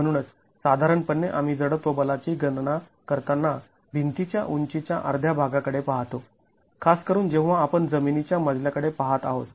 म्हणूनच साधारणपणे आम्ही जडत्व बलाची गणना करताना भिंती च्या उंचीच्या अर्ध्या भागाकडे पाहतो खास करून जेव्हा आपण जमिनीच्या मजल्याकडे पाहत आहोत